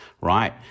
right